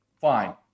Fine